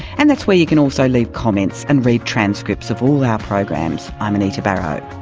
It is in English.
and that's where you can also leave comments and read transcripts of all our programs. i'm anita barraud.